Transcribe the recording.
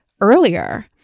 earlier